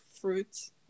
fruits